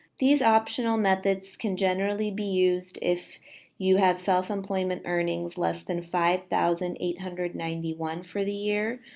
these optional methods can generally be used if you have self employment earnings less than five thousand eight hundred and ninety one for the year,